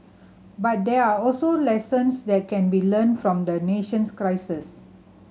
but there are also lessons that can be learnt from the nation's crisis